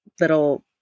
little